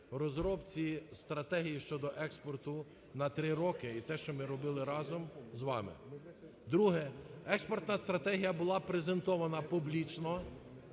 розробці стратегії щодо експорту на три роки і те, що ми робили разом з вами. Друге. Експортна стратегія була презентована публічно.